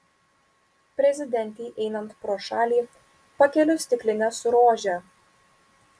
prezidentei einant pro šalį pakeliu stiklinę su rože